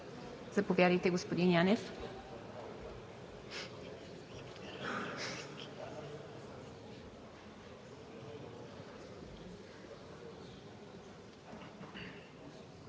Заповядайте, господин Янев.